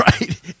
right